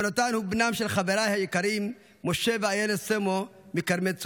יהונתן הוא בנם של חבריי היקרים משה ואיילת סמו מכרמי צור.